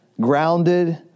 grounded